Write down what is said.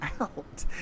out